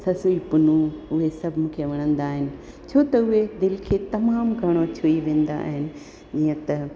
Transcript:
ससुई पनू इहे सभु मूंखे वणंदा आहिनि छो त उहे दिलि खे तमामु घणो छुई वेंदा आहिनि जीअं त